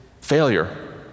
failure